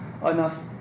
enough